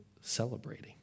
celebrating